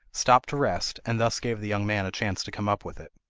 stopped to rest, and thus gave the young man a chance to come up with it.